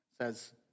says